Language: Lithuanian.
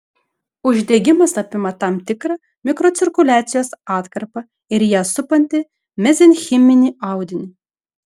uždegimas apima tam tikrą mikrocirkuliacijos atkarpą ir ją supantį mezenchiminį audinį